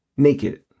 naked